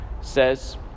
says